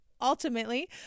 Ultimately